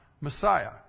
Messiah